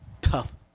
tough